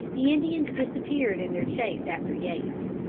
the indians disappeared in their chase after yates.